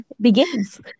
begins